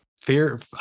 Fear